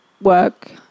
work